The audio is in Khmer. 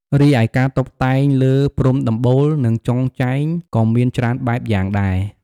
រីឯការតុបតែងលើព្រំដំបូល និងចុងចែងក៏មានច្រើនបែបយ៉ាងដែរ ។